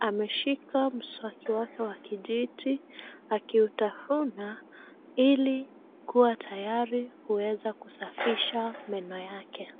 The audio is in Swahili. Ameshika mswaki wake wa kijiti, akiutafuna ili kuwa tayari kuweza kusafisha meno yake.